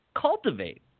cultivate